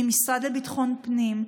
מהמשרד לביטחון פנים,